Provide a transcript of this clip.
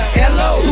hello